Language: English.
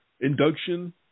Induction